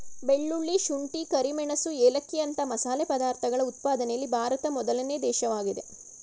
ಬೆಳ್ಳುಳ್ಳಿ, ಶುಂಠಿ, ಕರಿಮೆಣಸು ಏಲಕ್ಕಿಯಂತ ಮಸಾಲೆ ಪದಾರ್ಥಗಳ ಉತ್ಪಾದನೆಯಲ್ಲಿ ಭಾರತ ಮೊದಲನೇ ದೇಶವಾಗಿದೆ